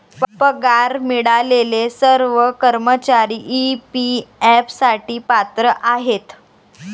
पगार मिळालेले सर्व कर्मचारी ई.पी.एफ साठी पात्र आहेत